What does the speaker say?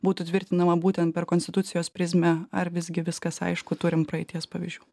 būtų tvirtinama būtent per konstitucijos prizmę ar visgi viskas aišku turim praeities pavyzdžių